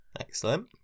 excellent